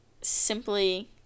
simply